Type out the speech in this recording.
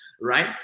right